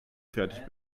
fertig